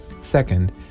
Second